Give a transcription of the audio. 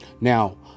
Now